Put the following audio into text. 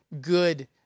good